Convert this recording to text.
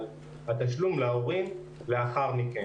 על התשלום להורים לאחר מכן.